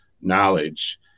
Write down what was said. knowledge